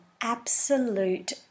absolute